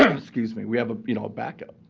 um excuse me. we have a you know backup.